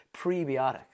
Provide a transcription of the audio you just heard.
prebiotics